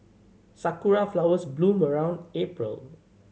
sakura flowers bloom around April